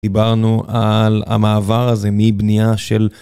דיברנו על המעבר הזה מבנייה של...